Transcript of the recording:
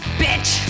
bitch